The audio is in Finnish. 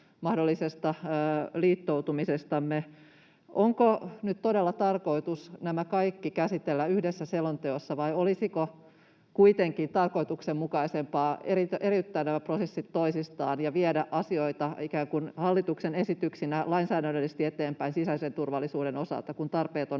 mahdollisesta liittoutumisestamme, niin onko nyt todella tarkoitus nämä kaikki käsitellä yhdessä selonteossa, vai olisiko kuitenkin tarkoituksenmukaisempaa eriyttää nämä prosessit toisistaan ja viedä asioita ikään kuin hallituksen esityksinä lainsäädännöllisesti eteenpäin sisäisen turvallisuuden osalta, kun tarpeet on